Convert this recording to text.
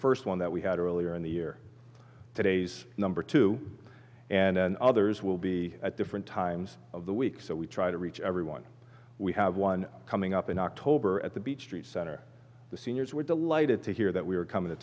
first one that we had earlier in the year today's number two and then others will be at different times of the week so we try to reach everyone we have one coming up in october at the beach street center the seniors were delighted to hear that we are coming to